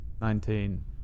Nineteen